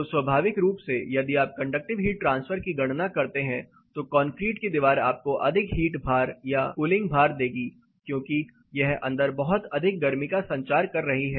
तो स्वाभाविक रूप से यदि आप कंडक्टिव हीट ट्रांसफर की गणना करते हैं तो कंक्रीट की दीवार आपको अधिक हीट भार या कूलिंग भार देगी क्योंकि यह अंदर बहुत अधिक गर्मी का संचार कर रही है